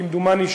כמדומני,